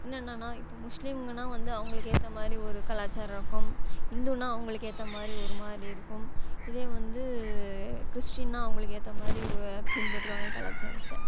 என்னன்னனா இப்போ முஸ்லீம்ங்கனா வந்து அவங்களுக்கு ஏற்ற மாதிரி ஒரு கலாச்சாரம் இருக்கும் இந்துன்னா அவங்களுக்கு ஏற்ற மாதிரி ஒரு மாதிரி இருக்கும் இதே வந்து கிறிஸ்ட்டின்னா அவங்களுக்கு ஏற்ற மாதிரி பின்பற்றுவாங்க கலாச்சாரத்தை